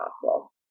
possible